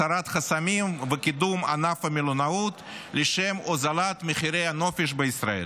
הסרת חסמים וקידום ענף המלונאות לשם הוזלת מחירי הנופש בישראל.